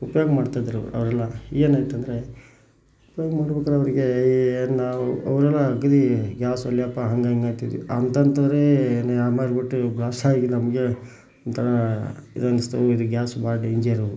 ಉಪಯೋಗ ಮಾಡ್ತಿದ್ದರು ಅವರೆಲ್ಲ ಏನಾಯ್ತೆಂದ್ರೆ ನಾವು ಅವರೆಲ್ಲ ಇದು ಗ್ಯಾಸ್ ಒಲೆಯಪ್ಪ ಹಂಗೆ ಹಿಂಗೆ ಅಂತಿದ್ದರು ಅಂಥಂಥವರೇ ಏನೇ ಯಾಮಾರಿಬಿಟ್ಟು ಬ್ಲಾಸ್ಟಾಗಿದ್ದು ನಮಗೆ ಒಂಥರ ಇದನ್ನಿಸ್ತು ಇದು ಗ್ಯಾಸ್ ಭಾಳ ಡೇಂಜರು